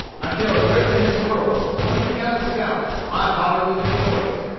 i killed a great many squirrels, and when we counted scalps my party was victorious.